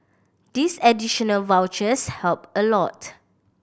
these additional vouchers help a lot